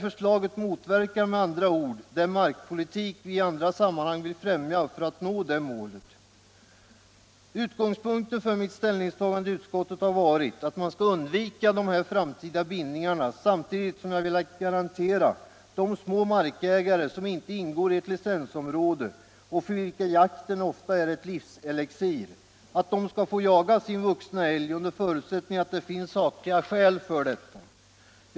Förslaget motverkar med andra ord den markpolitik vi i andra sammanhang vill främja för att nå målet. Utgångspunkten för mitt ställningstagande i utskottet har varit att man skall undvika dessa framtida bindningar, samtidigt som jag velat garantera de små markägare som inte ingår i ett licensområde och för vilka jakten ofta är ett livselixir att få jaga sin vuxna älg under förutsättning att det finns sakliga skäl för detta.